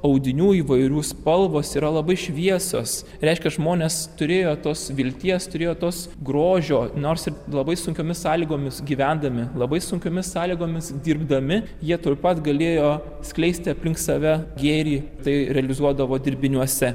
audinių įvairių spalvos yra labai šviesos reiškia žmonės turėjo tos vilties turėjo tos grožio nors ir labai sunkiomis sąlygomis gyvendami labai sunkiomis sąlygomis dirbdami jie taip pat galėjo skleisti aplink save gėrį tai realizuodavo dirbiniuose